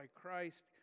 Christ